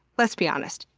let's be honest,